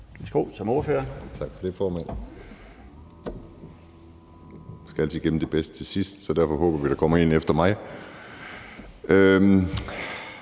Edberg Andersen (NB): Tak for det, formand. Man skal altid gemme det bedste til sidst, så derfor håber vi, at der kommer en efter mig.